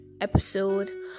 episode